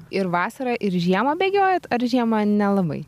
ir vasarą ir žiemą bėgiojat ar žiemą nelabai